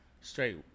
straight